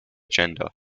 gender